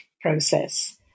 process